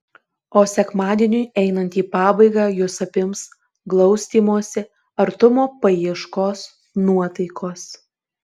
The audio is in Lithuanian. o sekmadieniui einant į pabaigą jus apims glaustymosi artumo paieškos nuotaikos